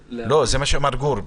גור,